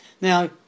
Now